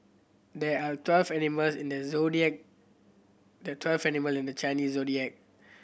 there are twelve animals in the zodiac there are twelve animal in the Chinese Zodiac